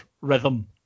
rhythm